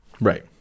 Right